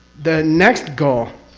the next goal.